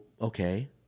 okay